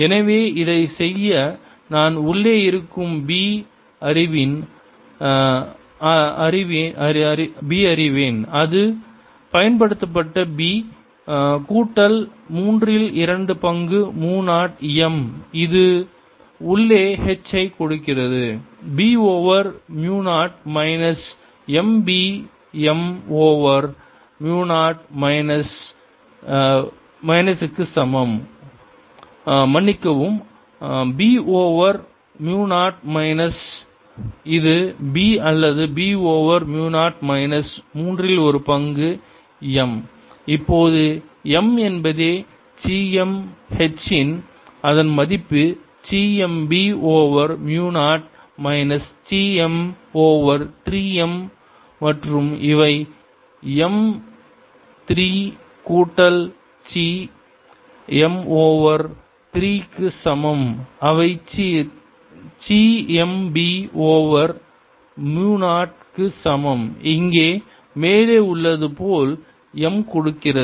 எனவே இதைச் செய்ய நான் உள்ளே இருக்கும் b அறிவேன் அது பயன்படுத்தப்பட்ட b கூட்டல் மூன்றில் இரண்டு பங்கு மு 0 m இது உள்ளே h ஐக் கொடுக்கிறது b ஓவர் மு 0 minus m b m over மு 0 மைனஸ் க்கு சமம் ஓ மன்னிக்கவும் b ஓவர் மு 0 மைனஸ் இது b அல்ல இது b ஓவர் மு 0 மைனஸ் மூன்றில் ஒரு பங்கு m இப்போது m என்பதே சி m h இன் அதன் மதிப்பு சி m b ஓவர் மு 0 minus C m over 3 m மற்றும் இவை m 3 கூட்டல் சி m ஓவர் 3 க்கு சமம் அவை சி m b ஓவர் மு 0 க்கு சமம் இங்கே மேலே உள்ளது போல் m கொடுக்கிறது